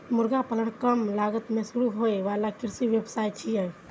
मुर्गी पालन कम लागत मे शुरू होइ बला कृषि व्यवसाय छियै